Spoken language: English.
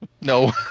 No